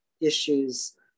issues